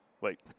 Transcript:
Wait